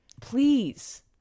please